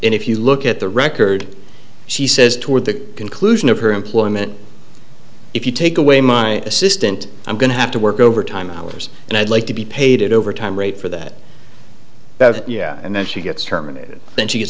and if you look at the record she says toward the conclusion of her employment if you take away my assistant i'm going to have to work overtime hours and i'd like to be paid at overtime rate for that and then she gets terminated then she